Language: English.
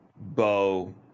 Bo